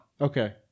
Okay